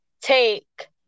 take